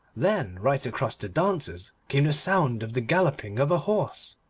then right across the dancers came the sound of the galloping of a horse,